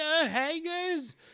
hangers